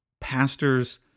pastors